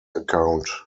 account